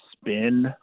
spin